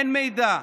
אין מידע,